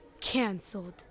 cancelled